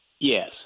Yes